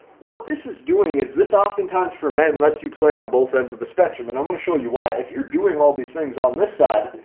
what this is doing is this oftentimes for men lets you play on both ends of the spectrum and i'm going to show you why if you're doing all these things on this side.